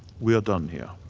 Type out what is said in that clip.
we're done here.